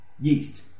yeast